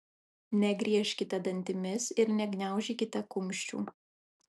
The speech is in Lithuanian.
negriežkite dantimis ir negniaužykite kumščių